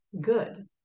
good